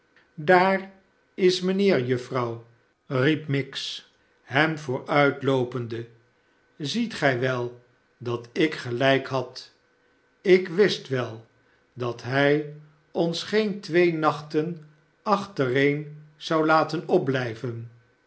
daar is mijnheer juffrouw riep miggs hem vooruitloopende ziet gij wel dat ik gelijk had ik wist wel dat hij ons geen twee nachten achtereen zou laten opblijven